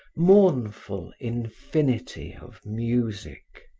mournful infinity of music.